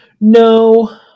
No